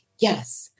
yes